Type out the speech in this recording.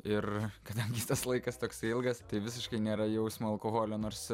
ir kadangi tas laikas toksai ilgas tai visiškai nėra jausmo alkoholio nors